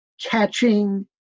catching